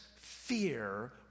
fear